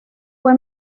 fue